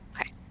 Okay